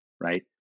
right